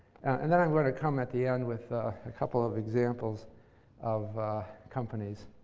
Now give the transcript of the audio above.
and then, i'm going to come at the end with a couple of examples of companies.